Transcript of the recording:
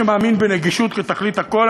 שמאמין בנגישות כתכלית הכול,